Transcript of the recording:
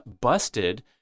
busted